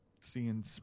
seeing